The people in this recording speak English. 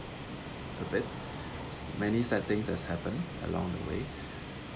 a bit many sad things has happen along the way